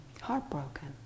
heartbroken